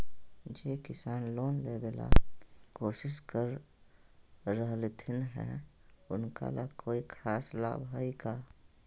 जे किसान लोन लेबे ला कोसिस कर रहलथिन हे उनका ला कोई खास लाभ हइ का?